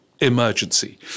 emergency